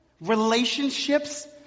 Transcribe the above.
relationships